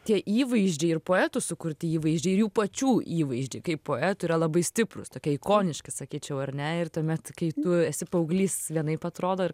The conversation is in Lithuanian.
tie įvaizdžiai ir poetų sukurti įvaizdžiai ir jų pačių įvaizdžiai kaip poetų yra labai stiprūs tokie ikoniški sakyčiau ar ne ir tuomet kai tu esi paauglys vienaip atrodo ir